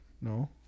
No